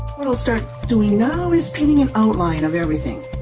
what we'll start doing now is pinning an outline of everything.